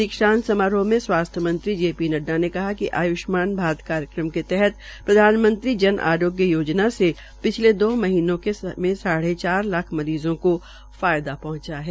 दीक्षांत समारोह में स्वास्थ्य मंत्री जे पी नडडा ने कहा कि आयुषमान भारत कार्यक्रम के तहत प्रधानमंत्री जन अरोग्य योजना से पिछले दो महीनों के साढ़े चार लाख मरीजों को फायदा पहंचा है